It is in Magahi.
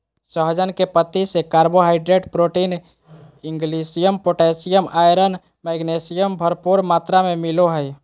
सहजन के पत्ती से carbohydrate, protein, calcium, potassium, iron, magnesium, भरपूर मात्रा में मिलो हइ